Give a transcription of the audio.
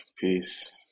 Peace